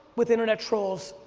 with internet trolls,